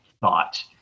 thought